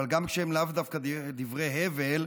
אבל גם כשהם לאו דווקא דברי הבל,